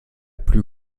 plus